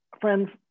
friends